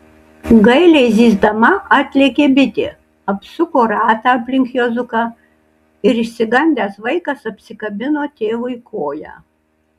gailiai zyzdama atlėkė bitė apsuko ratą aplink juozuką ir išsigandęs vaikas apsikabino tėvui koją